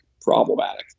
problematic